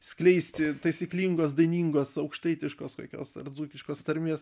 skleisti taisyklingos dainingos aukštaitiškos kokios ar dzūkiškos tarmės